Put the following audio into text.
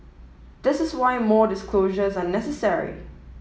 this is why more disclosures are necessary